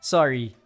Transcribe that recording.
Sorry